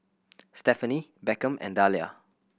Stephenie Beckham and Dahlia